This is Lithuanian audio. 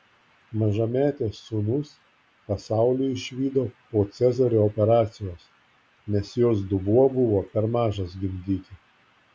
mažametės sūnus pasaulį išvydo po cezario operacijos nes jos dubuo buvo per mažas gimdyti